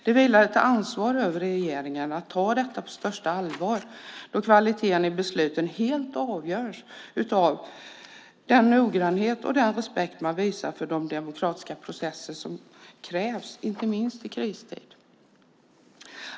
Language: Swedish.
Det vilar ett ansvar på regeringen att ta detta på största allvar då kvaliteten i besluten helt avgörs av den noggrannhet och respekt man visar för de demokratiska processer som krävs, inte minst i kristid.